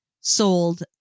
sold